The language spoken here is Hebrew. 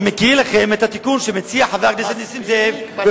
אני מקריא לכם את התיקון שחבר הכנסת נסים זאב מציע,